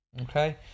Okay